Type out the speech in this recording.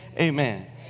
amen